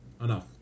enough